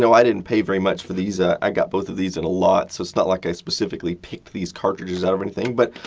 so i didn't pay very much for these. ah i got both of these in a lot, so it's not like i specifically picked these cartridges out of anything. but